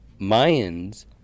mayans